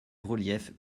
reliefs